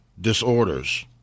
disorders